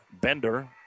Bender